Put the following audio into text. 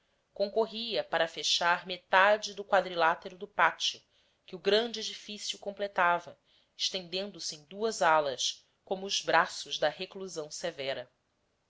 concorria para fechar metade do quadrilátero do pátio que o grande edifício completava estendendo se em duas alas como os braços da reclusão severa